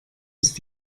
ist